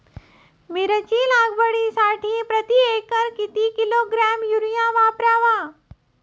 मिरची लागवडीसाठी प्रति एकर किती किलोग्रॅम युरिया वापरावा?